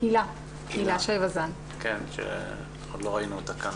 הילה וזאן, שעוד לא ראינו אותה כאן